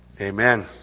Amen